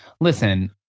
listen